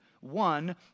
one